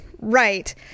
Right